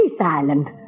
island